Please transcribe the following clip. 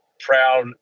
proud